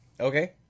Okay